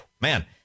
man